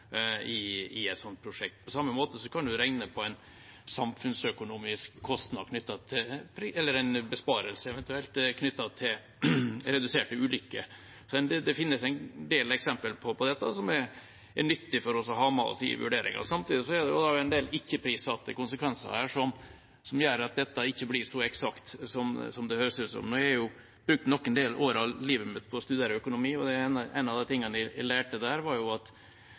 samme måte kan man regne på en samfunnsøkonomisk kostnad eller en eventuell besparelse knyttet til reduserte ulykker. Det finnes en del eksempler på dette som det er nyttig for oss å ha med i vurderingene. Samtidig er det en del ikke-prissatte konsekvenser som gjør at dette ikke blir så eksakt som det høres ut som. Jeg har brukt noen år av livet mitt på å studere økonomi, og en av de tingene jeg lærte der, var at